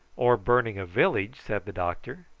or burning a village, said the doctor.